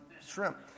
shrimp